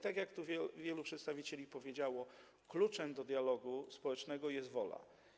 Tak jak tu wielu przedstawicieli powiedziało, kluczem do dialogu społecznego jest wola.